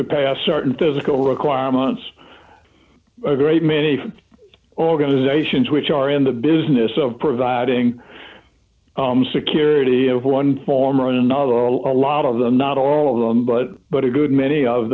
to pass certain physical requirements a great many organizations which are in the business of providing security of one form or another a lot of them not all of them but but a good many of